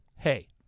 Hey